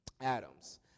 Adams